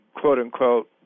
quote-unquote